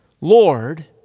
Lord